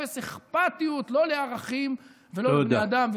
אפס אכפתיות, לא לערכים ולא לבני אדם.